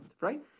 right